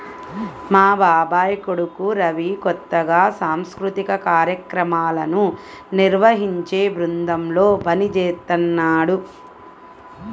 మా బాబాయ్ కొడుకు రవి కొత్తగా సాంస్కృతిక కార్యక్రమాలను నిర్వహించే బృందంలో పనిజేత్తన్నాడు